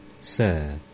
sir